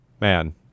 Man